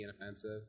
inoffensive